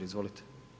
Izvolite.